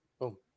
Boom